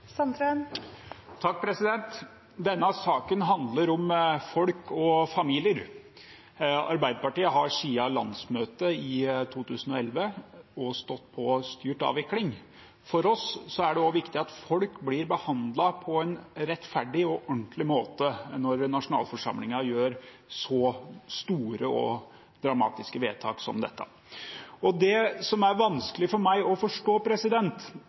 Denne saken handler om folk og familier. Arbeiderpartiet har siden landsmøtet i 2011 gått inn for styrt avvikling. For oss er det også viktig at folk blir behandlet på en rettferdig og ordentlig måte når nasjonalforsamlingen gjør så store og dramatiske vedtak som dette. Det som er vanskelig for meg å forstå,